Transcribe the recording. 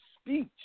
speech